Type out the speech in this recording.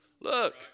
Look